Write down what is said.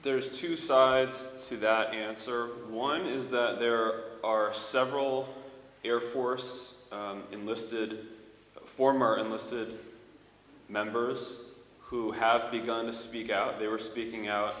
there's two sides to that answer one is that there are several air force enlisted former enlisted members who have begun to speak out they were speaking out